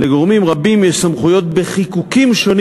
לגורמים רבים יש סמכויות בחיקוקים שונים